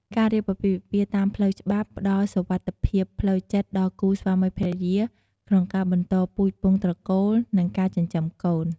ការរៀបអាពាហ៍ពិពាហ៍តាមផ្លូវច្បាប់ផ្តល់សុវត្ថិភាពផ្លូវចិត្តដល់គូស្វាមីភរិយា ក្នុងការបន្តពូជពង្សត្រកូល និងការចិញ្ចឹមកូន។